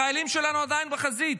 החיילים שלנו עדיין בחזית,